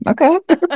Okay